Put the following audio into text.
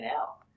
out